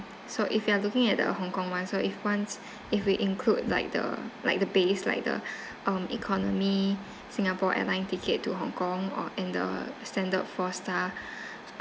so if you are looking at the hong kong [one] so if once if we include like the like the base like the um economy singapore airline ticket to hong kong or in the standard four star